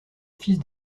fils